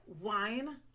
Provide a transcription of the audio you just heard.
wine